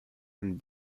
and